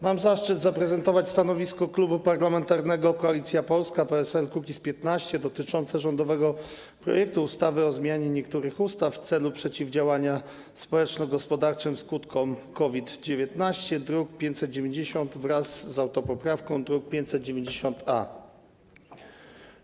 Mam zaszczyt zaprezentować stanowisko Klubu Parlamentarnego Koalicja Polska - PSL - Kukiz15 dotyczące rządowego projektu ustawy o zmianie niektórych ustaw w celu przeciwdziałania społeczno-gospodarczym skutkom COVID-19, druk nr 590, wraz z autopoprawką, druk nr 590-A.